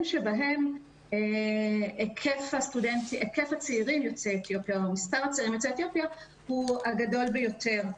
שבהם מספר הצעירים יוצאי אתיופיה הוא הגדול ביותר.